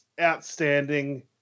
outstanding